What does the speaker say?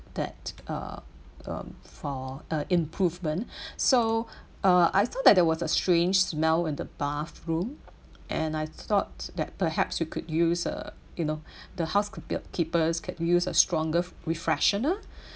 that uh um for uh improvement so uh I thought that there was a strange smell in the bathroom and I thought that perhaps you could use uh you know the house could keepers can use a stronger f~ refreshener